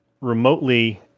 remotely